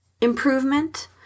improvement